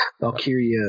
Valkyria